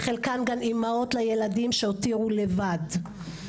בחלקן גם אימהות לילדים שהותירו לבד.